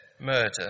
murder